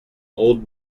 old